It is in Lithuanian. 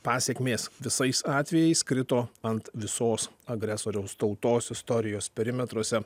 pasekmės visais atvejais krito ant visos agresoriaus tautos istorijos perimetruose